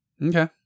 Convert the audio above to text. Okay